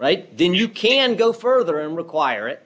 right then you can go further and require it